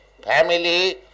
family